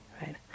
right